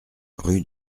rue